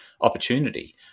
opportunity